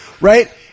right